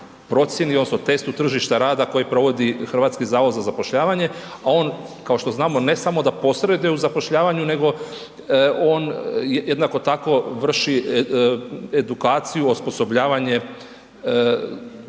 procjeni odnosno testu tržišta rada koji provodi HZZ, a on kao što znamo ne samo da posreduje u zapošljavanju nego on jednako tako vrši edukaciju, osposobljavanje